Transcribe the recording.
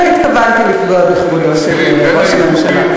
לא התכוונתי לפגוע בכבודו של ראש הממשלה.